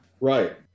right